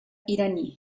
iraní